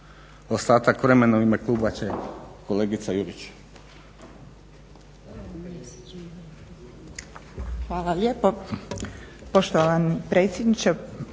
Ostatak vremena u ime kluba će kolegica Juričev.